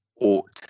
ought